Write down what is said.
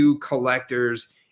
collectors